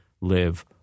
live